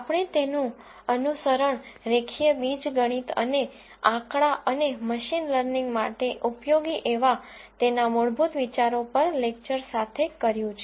આપણે તેનું અનુસરણ રેખીય બીજગણિત અને આંકડા અને મશીન લર્નિંગ માટે ઉપયોગી એવા તેના મૂળભૂત વિચારો પર લેકચર સાથે કર્યું છે